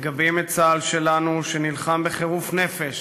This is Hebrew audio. מגבה את צה"ל שלנו, שנלחם בחירוף נפש